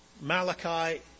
Malachi